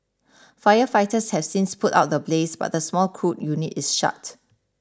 firefighters has since put out the blaze but the small crude unit is shut